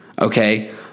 okay